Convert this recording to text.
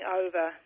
over